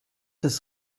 das